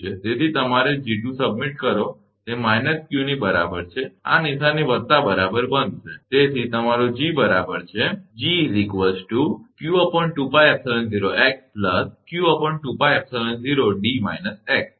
તેથી જ્યારે તમે G2 સબમિટ કરો તે માઇનસ q ની બરાબર છે આ નિશાની વત્તા બરાબર બનશે